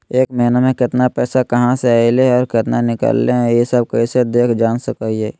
एक महीना में केतना पैसा कहा से अयले है और केतना निकले हैं, ई सब कैसे देख जान सको हियय?